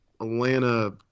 Atlanta